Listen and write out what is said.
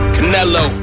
Canelo